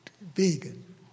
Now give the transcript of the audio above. vegan